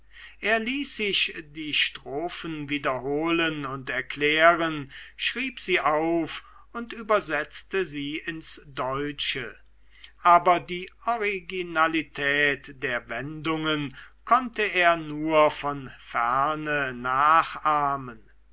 er ließ sich die strophen wiederholen und erklären schrieb sie auf und übersetzte sie ins deutsche aber die originalität der wendungen konnte er nur von ferne nachahmen